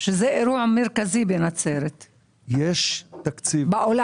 - אירוע מרכזי בנצרת, בעולם.